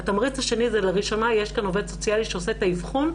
2. לראשונה יש כאן עובד סוציאלי שעושה את האבחון,